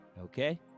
Okay